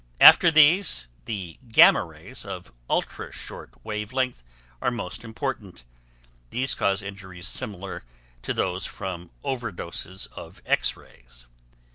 after these, the gamma rays of ultra short wave length are most important these cause injuries similar to those from over-doses of x-rays.